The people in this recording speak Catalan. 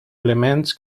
elements